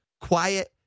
Quiet